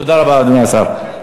תודה רבה, אדוני השר.